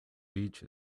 beach